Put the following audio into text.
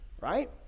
right